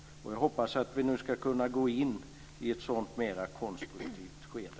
Jag hoppas att vi nu skall kunna gå in i ett sådant mer konstruktivt skede.